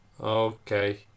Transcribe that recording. Okay